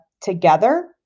together